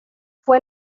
fue